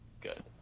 good